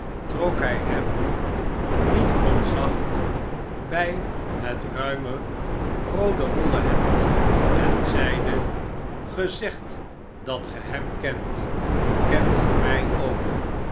trok hij hem niet onzacht by het ruime roode wollen hemd en zeide ge zegt dat ge hem kent kent ge my ook